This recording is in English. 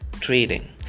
trading